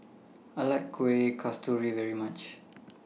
I like Kueh Kasturi very much